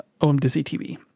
OMDizzyTV